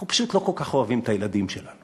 אנחנו פשוט לא כל כך אוהבים את הילדים שלנו.